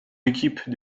équipes